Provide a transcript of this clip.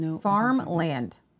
farmland